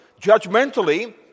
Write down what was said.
judgmentally